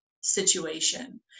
situation